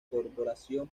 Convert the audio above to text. corporación